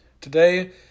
Today